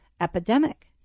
epidemic